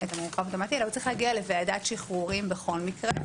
אלא הוא צריך להגיע לוועדת שחרורים בכל מקרה,